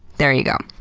there you go.